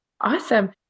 Awesome